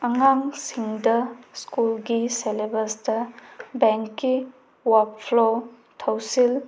ꯑꯉꯥꯡꯁꯤꯡꯗ ꯁ꯭ꯀꯨꯜꯒꯤ ꯁꯦꯂꯦꯕꯁꯇ ꯕꯦꯡꯒꯤ ꯋꯥꯔꯛꯐ꯭ꯂꯣ ꯊꯧꯁꯤꯜ